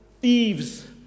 thieves